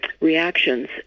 Reactions